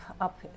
up